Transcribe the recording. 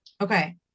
Okay